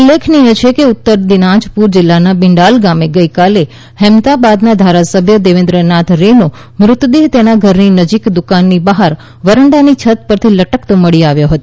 ઉલ્લેખનીય છે કે ઉત્તર દિનાજપુર જિલ્લાના બિંડાલ ગામે ગઈકાલે હેમતાબાદના ધારાસભ્ય દેવેન્દ્ર નાથ રેનો મૃતદેહ તેના ઘરની નજીક દુકાનની બહાર વરંડાની છત પરથી લટકતો મળી આવ્યો હતો